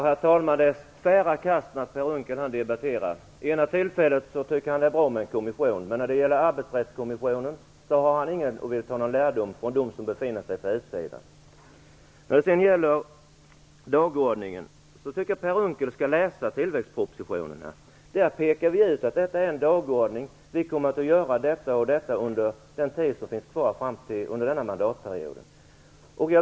Herr talman! Det är tvära kast när Per Unckel debatterar. Vid det ena tillfället tycker han att det är bra med en kommission, men när det gäller Arbetsrättskommissionen vill han ta lärdom från dem som befinner sig på utsidan. När det gäller dagordningen tycker jag att Per Unckel skall läsa tillväxtpropositionen. Där pekar vi ut att detta är en dagordning. Vi kommer att göra detta och detta under den tid som finns kvar av denna mandatperiod.